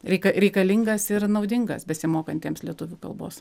reika reikalingas ir naudingas besimokantiems lietuvių kalbos